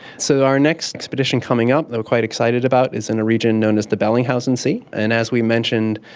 so our next expedition coming up that we are quite excited about is in a region known as the bellingshausen sea, and, as we mentioned,